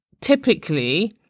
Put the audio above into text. typically